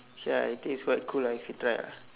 ya I think it's quite cool ah if you try ah